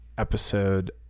Episode